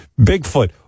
Bigfoot